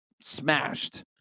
smashed